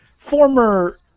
former